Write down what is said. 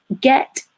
Get